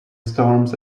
storms